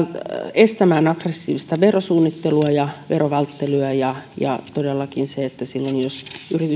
estämään aggressiivista verosuunnittelua ja ja veronvälttelyä todellakin silloin jos